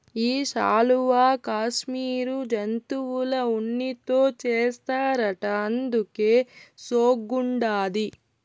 ఈ శాలువా కాశ్మీరు జంతువుల ఉన్నితో చేస్తారట అందుకే సోగ్గుండాది